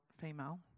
female